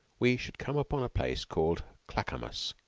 we should come upon a place called clackamas,